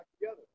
together